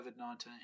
COVID-19